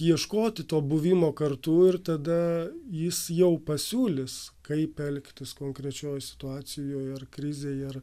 ieškoti to buvimo kartu ir tada jis jau pasiūlys kaip elgtis konkrečioj situacijoj ar krizėj ar